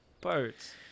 Pirates